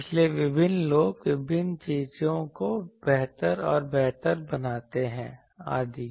इसलिए विभिन्न लोग विभिन्न चीजों को बेहतर और बेहतर बनाते हैं आदि